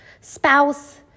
spouse